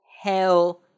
hell